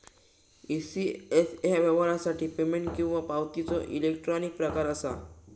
ECS ह्या व्यवहारासाठी payment किंवा पावतीचो इलेक्ट्रॉनिक प्रकार असा